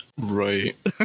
Right